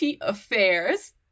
affairs